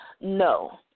No